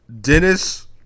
Dennis